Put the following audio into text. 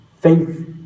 faith